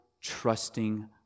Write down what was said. trusting